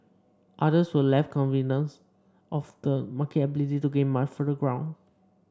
others were less convinced of the market ability to gain much further ground